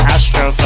Astro